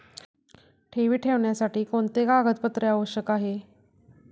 ठेवी ठेवण्यासाठी कोणते कागदपत्रे आवश्यक आहे?